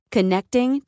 Connecting